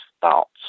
thoughts